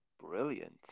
brilliant